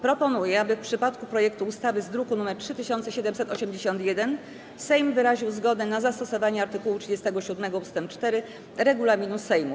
Proponuję, aby w przypadku projektu ustawy z druku nr 3781 Sejm wyraził zgodę na zastosowanie art. 37 ust. 4 regulaminu Sejmu.